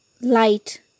light